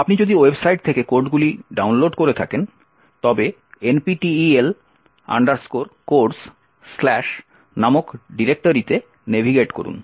আপনি যদি ওয়েবসাইট থেকে কোডগুলি ডাউনলোড করে থাকেন তবে NPTEL CODES নামক ডিরেক্টরিতে নেভিগেট করুন